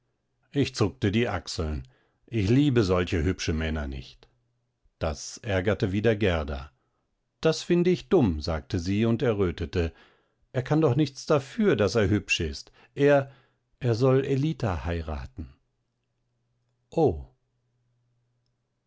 ich zuckte die achseln ich liebe solche hübsche männer nicht das ärgerte wieder gerda das finde ich dumm sagte sie und errötete er kann doch nichts dafür daß er hübsch ist er er soll ellita heiraten oh